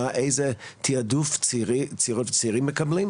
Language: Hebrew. איזה תיעדוף צעירות וצעירים מקבלים?